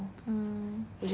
mm